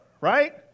right